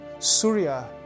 Surya